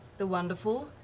the wonderful,